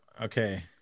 Okay